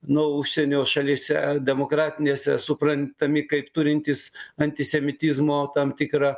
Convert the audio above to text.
nu užsienio šalyse demokratinėse suprantami kaip turintys antisemitizmo tam tikrą